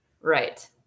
Right